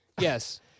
Yes